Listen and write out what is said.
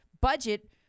budget